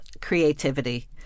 creativity